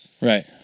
Right